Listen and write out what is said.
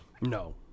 No